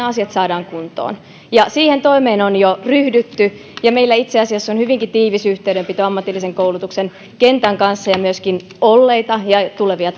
asiat saadaan kuntoon siihen toimeen on jo ryhdytty ja meillä itse asiassa on hyvinkin tiivis yhteydenpito ammatillisen koulutuksen kentän kanssa ja myöskin olleita ja tulevia